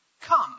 Come